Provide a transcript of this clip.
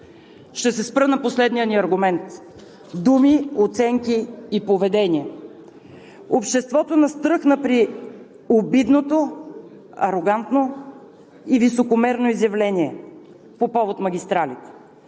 Ще се спра на последния ни аргумент – думи, оценки и поведение. Обществото настръхна при обидното, арогантно и високомерно изявление по повод магистралите,